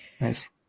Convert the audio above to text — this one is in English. Nice